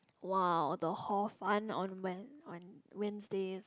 !wow! the hor fun on Wed~ Wednesdays